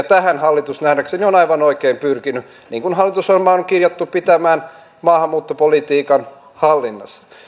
tähän hallitus nähdäkseni on aivan oikein pyrkinyt niin kuin hallitusohjelmaan on kirjattu pitämään maahanmuuttopolitiikan hallinnassa